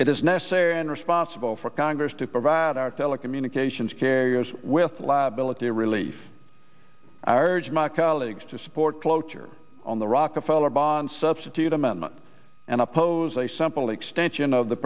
is necessary and responsible for congress to provide our telecommunications carriers with lab military relief arge my colleagues to support cloture on the rockefeller bond substitute amendment and oppose a simple extension of the